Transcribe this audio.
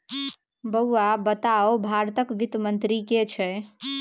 बौआ बताउ भारतक वित्त मंत्री के छै?